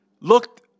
looked